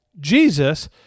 Jesus